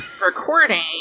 recording